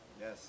yes